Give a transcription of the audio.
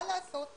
מה לעשות?